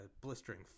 blistering